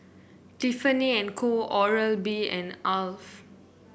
Tiffany And Co Oral B and Alf